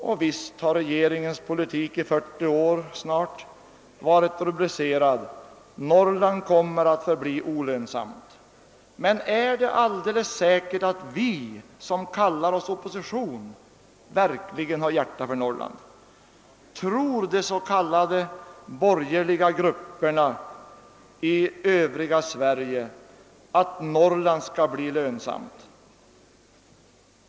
Och visst har regeringens politik i snart 40 år varit rubricerad »Norrland komer att förbli olönsamt«. Men är det alldeles säkert att vi som kallar oss opposition verkligen har hjärta för Norrland? Tror de s.k. borgerliga grupperna i Övriga Sverige att Norrland skall bli lönsamt?